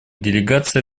делегация